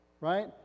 right